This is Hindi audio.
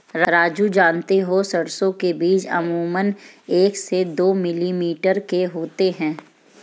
राजू जानते हो सरसों के बीज अमूमन एक से दो मिलीमीटर के होते हैं